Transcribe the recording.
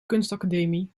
kunstacademie